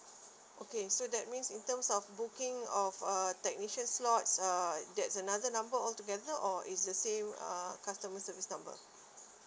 okay so that means in terms of booking of uh technician slots uh that's another number all together or it's the same uh customer service numbers